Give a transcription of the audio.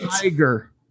tiger